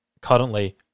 Currently